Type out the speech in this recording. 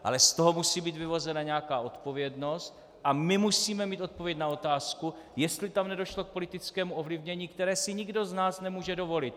Ale z toho musí být vyvozena nějaká odpovědnost a my musíme mít odpověď na otázku, jestli tam nedošlo k politickému ovlivnění, které si nikdo z nás nemůže dovolit.